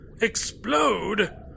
Explode